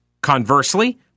Conversely